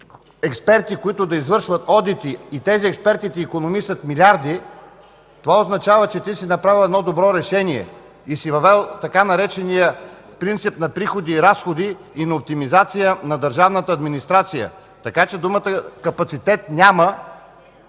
експерти, които да извършват одити, и тези експерти ти икономисат милиарди, това означава, че си направил добро решение и си въвел така наречения „принцип на приходи и разходи, на оптимизация” на държавната администрация. Така че думите „капацитет няма”